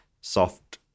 soft